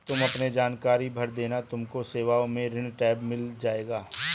तुम अपने जानकारी भर देना तुमको सेवाओं में ऋण टैब मिल जाएगा